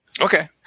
Okay